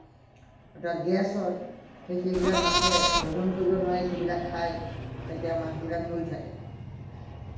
তাত গেছ হয় সেই সেইবিলাক মাছে হজম কৰিব নোৱাৰি সেইবিলাক খায় তেতিয়া মাছবিলাক মৰি থাকে